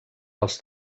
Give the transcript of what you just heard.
els